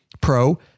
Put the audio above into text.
Pro